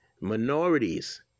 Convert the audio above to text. Minorities